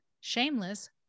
shameless